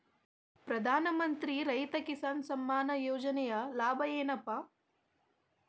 ಪ್ರಧಾನಮಂತ್ರಿ ರೈತ ಕಿಸಾನ್ ಸಮ್ಮಾನ ಯೋಜನೆಯ ಲಾಭ ಏನಪಾ?